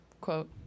quote